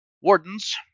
Wardens